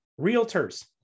realtors